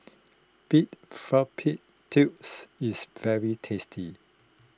Pig Fallopian Tubes is very tasty